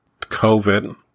COVID